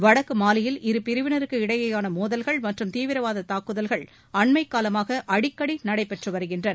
வடக்கு மாலியில் இரு பிரிவினருக்கு இடையேயான மோதல்கள் மற்றும் தீவிரவாத தாக்குதல்கள் அண்மை காலமாக அடிக்கடி நடைபெற்று வருகின்றன